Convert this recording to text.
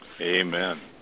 Amen